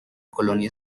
colonia